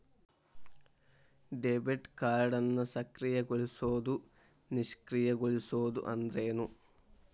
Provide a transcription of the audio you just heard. Debit ಕಾರ್ಡ್ನ ಸಕ್ರಿಯಗೊಳಿಸೋದು ನಿಷ್ಕ್ರಿಯಗೊಳಿಸೋದು ಅಂದ್ರೇನು?